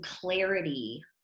clarity